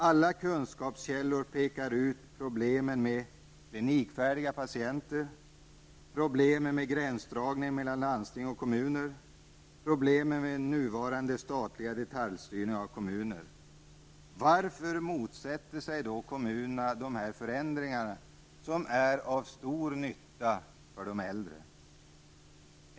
Alla kunskapskällor pekar ut problemen med klinikfärdiga patienter, problemen med gränsdragning mellan landsting och kommuner och problemen med nuvarande statliga detaljstyrning av kommunerna. Varför motsätter sig då moderaterna de här förändringarna, som är av stor nytta för de äldre?